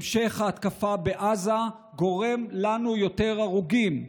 המשך ההתקפה בעזה גורם לנו יותר הרוגים.